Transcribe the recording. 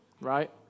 Right